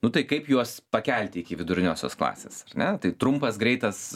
nu tai kaip juos pakelti iki viduriniosios klasės ar ne tai trumpas greitas